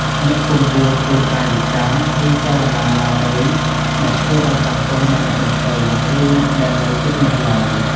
អ្នកពុំគួរធ្វើកាយវិការ ឬ ចលនាណាមួយ ដែលធ្វើឲ្យប៉ះពាល់ដល់អ្នកដទៃ ឬ អ្នកដែលនៅជិតអ្នកឡើយ។